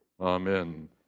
Amen